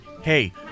hey